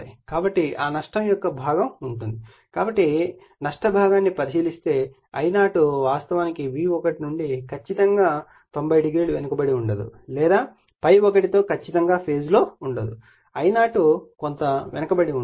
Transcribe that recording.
కాబట్టి ఆ నష్టం యొక్క భాగం ఉంటుంది కాబట్టి నష్ట భాగాన్ని పరిశీలిస్తే I0 వాస్తవానికి V1 నుండి ఖచ్చితం గా 90o వెనుకబడి ఉండదు లేదా ∅1 తో ఖచ్చితం గా ఫేజ్ లో ఉండదు I0 కొంత కోణం వెనుకబడి ఉంటుంది